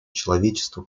человечества